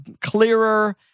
clearer—